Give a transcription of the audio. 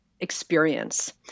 experience